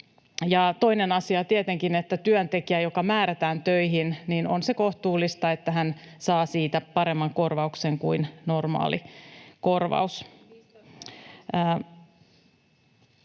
Toinen asia on tietenkin se, että kun työntekijä määrätään töihin, niin on se kohtuullista, että hän saa siitä paremman korvauksen kuin normaali korvaus.